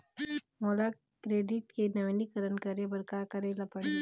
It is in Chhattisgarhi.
मोला क्रेडिट के नवीनीकरण करे बर का करे ले पड़ही?